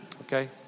Okay